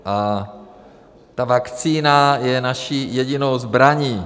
A ta vakcína je naší jedinou zbraní.